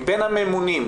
מבין הממונים,